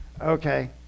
Okay